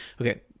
Okay